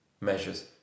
measures